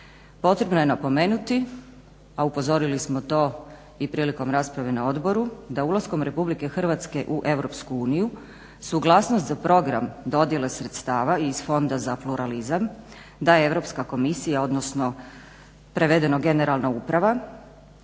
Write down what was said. Potrebno je napomenuti a upozorili smo to i prilikom rasprave na odboru, da ulaskom RH u EU suglasnost za program dodjele sredstava iz Fonda za pluralizam daje EU komisija odnosno prevedeno generalna uprava